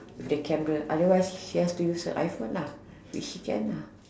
with the camera otherwise she has to use her I phone lah which she can lah